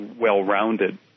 well-rounded